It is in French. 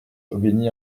aubigny